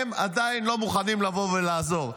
הם עדיין לא מוכנים לבוא ולעזור.